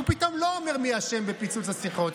הוא פתאום לא אומר מי אשם בפיצוץ השיחות,